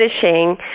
finishing